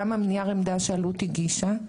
גם נייר העמדה שהגישה אלו"ט,